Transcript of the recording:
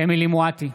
אמילי חיה מואטי,